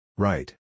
Right